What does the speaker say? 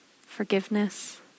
forgiveness